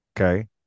Okay